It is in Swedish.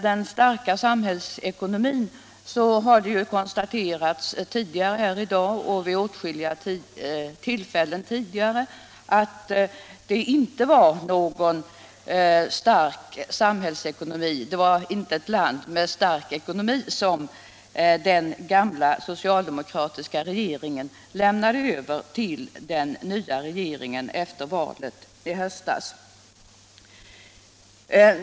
Det har konstaterats här i dag liksom vid åtskilliga tidigare tillfällen att den gamla socialdemokratiska regeringen inte lämnade över en stark ekonomi till den nya regeringen efter valet i höstas.